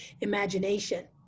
imagination